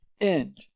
end